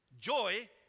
Joy